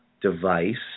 device